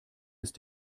ist